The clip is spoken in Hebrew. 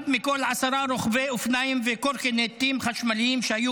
אחד מכל עשרה רוכבי אופניים וקורקינטים חשמליים שהיו